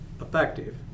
effective